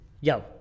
yo